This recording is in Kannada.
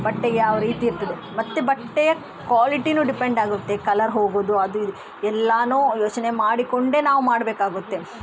ಬಟ್ಟೆಗೆ ಯಾವ ರೀತಿಯಿರ್ತದೆ ಮತ್ತು ಬಟ್ಟೆಯ ಕ್ವಾಲಿಟಿನೂ ಡಿಪೆಂಡ್ ಆಗುತ್ತೆ ಕಲರ್ ಹೋಗೋದು ಅದು ಇದು ಎಲ್ಲ ಯೋಚನೆ ಮಾಡಿಕೊಂಡೆ ನಾವು ಮಾಡಬೇಕಾಗುತ್ತೆ